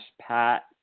pat